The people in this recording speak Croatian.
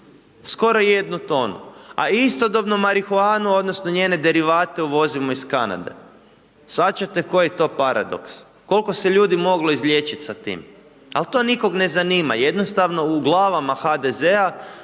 skoro jednu tonu, ali istodobno marihuanu odnosno njene derivate uvozimo iz Kanade, shvaćate koji je to paradok, kolko se ljudi moglo izliječit sa tim. Al to nikog ne zanima, jednostavno u glavama HDZ-a